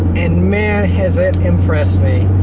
and man, has it impressed me.